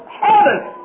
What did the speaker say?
heaven